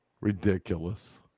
Ridiculous